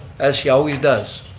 as she always does.